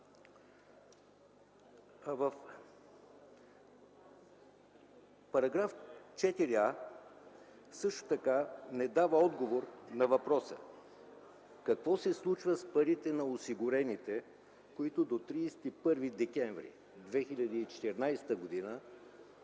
Параграф 4а също така не дава отговор на въпроса: какво се случва с парите на осигурените, които до 31 декември 2014 г. не